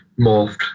morphed